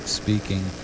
speaking